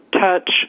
touch